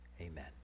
amen